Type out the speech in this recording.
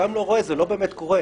הרשם לא רואה, זה לא באמת קורה.